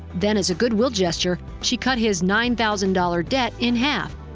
then as a good will gesture, she cut his nine thousand dollar debt in half.